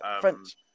French